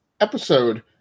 episode